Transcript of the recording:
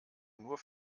nur